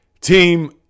team